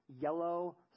yellow